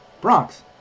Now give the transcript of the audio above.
Bronx